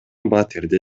батирде